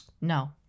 No